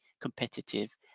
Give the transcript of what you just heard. competitive